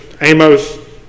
Amos